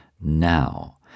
now